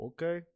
Okay